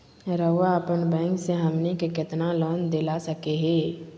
रउरा अपन बैंक से हमनी के कितना लोन दिला सकही?